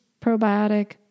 probiotic